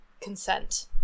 consent